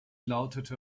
lautete